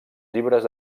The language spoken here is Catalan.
llibres